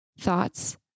thoughts